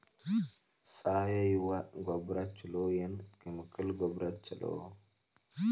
ಸಾವಯವ ಗೊಬ್ಬರ ಛಲೋ ಏನ್ ಕೆಮಿಕಲ್ ಗೊಬ್ಬರ ಛಲೋ?